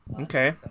Okay